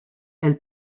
elle